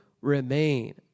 remain